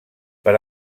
per